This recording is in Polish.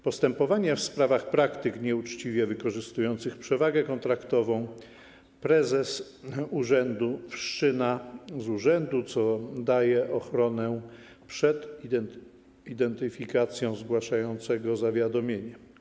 Postępowania w sprawach praktyk nieuczciwie wykorzystujących przewagę kontraktową prezes urzędu wszczyna z urzędu, co daje ochronę przed identyfikacją zgłaszającego zawiadomienie.